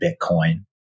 Bitcoin